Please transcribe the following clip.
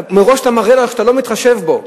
מראה לו שאתה לא מתחשב בו,